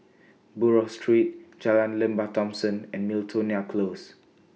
Buroh Street Jalan Lembah Thomson and Miltonia Close